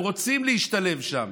הם רוצים להשתלב שם,